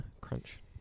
crunch